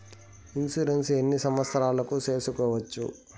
Insurance ఎన్ని సంవత్సరాలకు సేసుకోవచ్చు?